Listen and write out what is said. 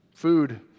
Food